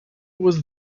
was